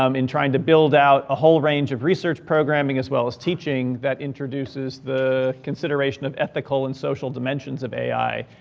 um in trying to build out a whole range of research programming as well as teaching that introduces the consideration of ethical and social dimensions of ai,